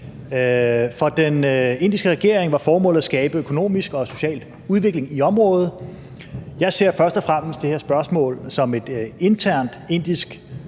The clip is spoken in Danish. For den indiske regering var formålet at skabe økonomisk og social udvikling i området. Jeg ser først og fremmest det her spørgsmål som et internt indisk